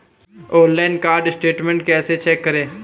Online card statement कैसे check करें?